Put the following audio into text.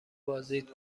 بازدید